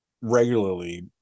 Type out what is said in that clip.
regularly